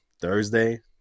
Thursday